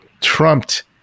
trumped